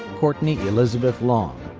courtney elizabeth long.